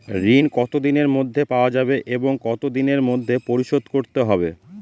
ঋণ কতদিনের মধ্যে পাওয়া যাবে এবং কত দিনের মধ্যে পরিশোধ করতে হবে?